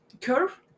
curve